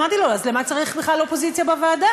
אמרתי לו: אז למה צריך בכלל אופוזיציה בוועדה?